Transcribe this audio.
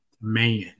man